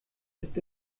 ist